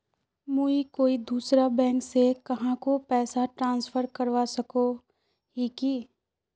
मुई कोई दूसरा बैंक से कहाको पैसा ट्रांसफर करवा सको ही कि?